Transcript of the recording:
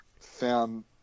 found